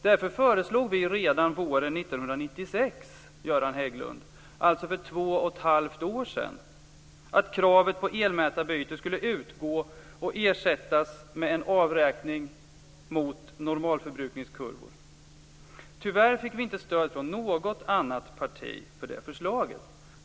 Därför föreslog vi redan våren 1996 - alltså för två och ett halvt år sedan, Göran Hägglund - att kravet på elmätarbyte skulle utgå och ersättas med en avräkning mot normalförbrukningskurvor. Tyvärr fick vi inte stöd från något annat parti för det förslaget.